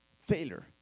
Failure